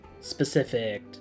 specific